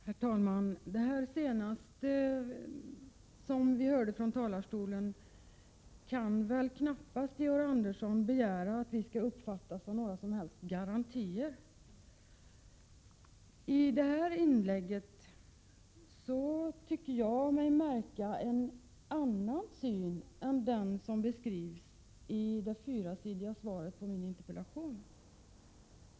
Herr talman! Det senaste vi fick höra från talarstolen kan Georg Andersson knappast begära att vi skall uppfatta som några garantier. I detta inlägg tyckte jag mig märka en annan syn än den som beskrivs i det fyrasidiga skriftliga svaret på min interpellation, vilket har lagts ut här i kammaren.